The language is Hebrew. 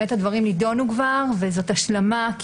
באמת הדברים נידונו כבר וזאת השלמה,